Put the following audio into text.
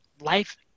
life